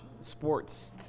sports